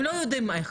הם לא יודעים איך.